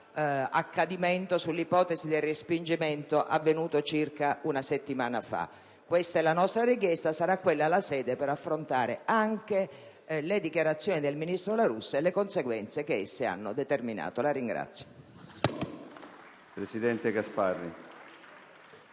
quest'Aula sui fatti inerenti il respingimento avvenuto circa una settimana fa. Questa è la nostra richiesta. Sarà quella la sede per affrontare anche le dichiarazioni del ministro La Russa e le conseguenze che esse hanno determinato. *(Applausi